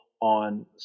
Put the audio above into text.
on